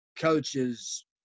coaches